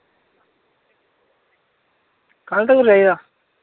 कल तक चाहिदा